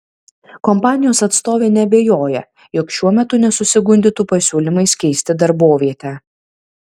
kompanijos atstovė neabejoja jog šiuo metu nesusigundytų pasiūlymais keisti darbovietę